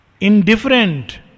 Indifferent